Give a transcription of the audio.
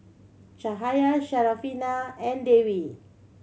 Cahaya Syarafina and Dewi